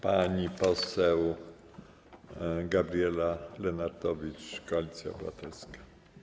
Pani poseł Gabriela Lenartowicz, Koalicja Obywatelska.